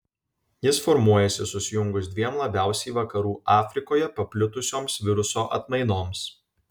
jis formuojasi susijungus dviem labiausiai vakarų afrikoje paplitusioms viruso atmainoms